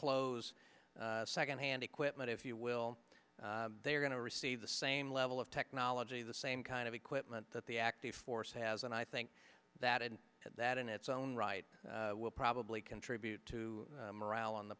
clothes second hand equipment if you will they are going to receive the same level of technology the same kind of equipment that the active force has and i think that it had that in its own right will probably contribute to morale on the